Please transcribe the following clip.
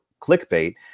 clickbait